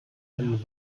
einen